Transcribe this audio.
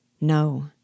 no